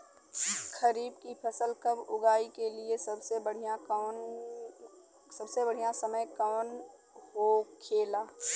खरीफ की फसल कब उगाई के लिए सबसे बढ़ियां समय कौन हो खेला?